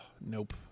nope